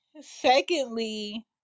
secondly